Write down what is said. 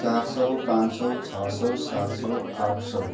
चार सौ पाँच सौ छ सौ सात सौ आठ सौ